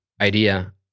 idea